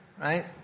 right